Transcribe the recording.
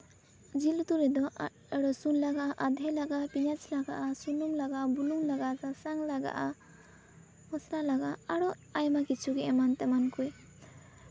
ᱡᱤᱞ ᱩᱛᱩ ᱨᱮᱫᱚ ᱨᱟᱹᱥᱩᱱ ᱞᱟᱜᱟᱜᱼᱟ ᱟᱫᱷᱮ ᱞᱟᱜᱟᱜᱼᱟ ᱯᱮᱸᱭᱟᱡ ᱞᱟᱜᱟᱜᱼᱟ ᱥᱩᱱᱩᱢ ᱞᱟᱜᱟᱜᱼᱟ ᱵᱩᱞᱩᱝ ᱞᱟᱜᱟᱜᱼᱟ ᱥᱟᱥᱟᱝ ᱞᱟᱜᱟᱜᱼᱟ ᱢᱚᱥᱞᱟ ᱞᱟᱜᱟᱜᱼᱟ ᱟᱨᱚ ᱟᱭᱢᱟ ᱠᱤᱪᱷᱩᱜᱮ ᱮᱢᱟᱱ ᱛᱮᱢᱟᱱ ᱠᱚ